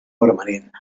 permanent